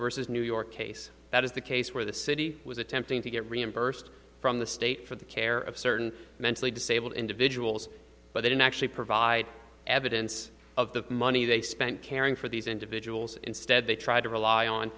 versus new york case that is the case where the city was attempting to get reimbursed from the state for the care of certain mentally disabled individuals but they didn't actually provide evidence of the money they spent caring for these individuals instead they tried to rely on